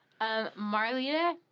Marlita